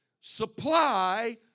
supply